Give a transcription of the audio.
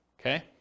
Okay